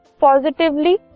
positively